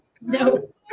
No